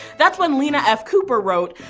that's when lenna f. cooper wrote,